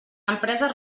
empreses